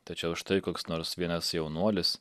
tačiau štai koks nors vienas jaunuolis